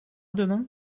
demain